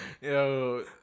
Yo